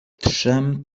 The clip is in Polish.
trzem